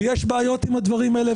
יש בעיות עם הדברים האלה,